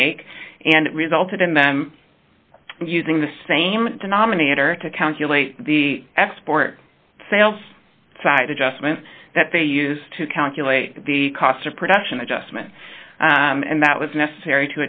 make and it resulted in them using the same denominator to count the export sales side adjustment that they used to calculate the cost of production adjustment and that was necessary